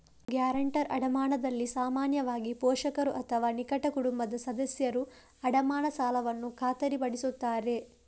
guarantor ಅಡಮಾನದಲ್ಲಿ ಸಾಮಾನ್ಯವಾಗಿ, ಪೋಷಕರು ಅಥವಾ ನಿಕಟ ಕುಟುಂಬದ ಸದಸ್ಯರು ಅಡಮಾನ ಸಾಲವನ್ನು ಖಾತರಿಪಡಿಸುತ್ತಾರೆ